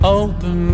open